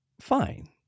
Fine